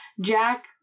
Jack